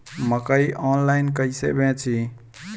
मकई आनलाइन कइसे बेची?